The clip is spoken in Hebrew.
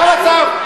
זה המצב.